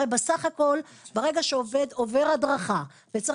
הרי בסך הכול ברגע שעובד עובר הדרכה וצריך